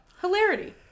Hilarity